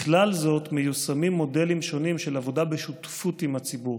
בכלל זה מיושמים מודלים שונים של עבודה בשותפות עם הציבור: